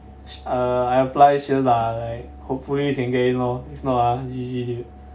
uh I apply sheares ah like hopefully can get in lor if not ah G_G